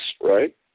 right